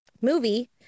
movie